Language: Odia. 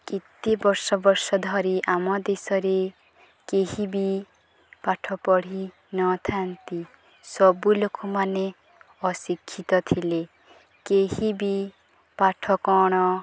କେତେ ବର୍ଷ ବର୍ଷ ଧରି ଆମ ଦେଶରେ କେହିି ବି ପାଠ ପଢ଼ି ନଥାନ୍ତି ସବୁ ଲୋକମାନେ ଅଶିକ୍ଷିତ ଥିଲେ କେହିି ବି ପାଠ କ'ଣ